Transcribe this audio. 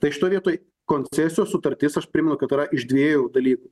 tai šitoj vietoj koncesijos sutartis aš primenu kad yra iš dviejų dalykų